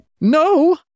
No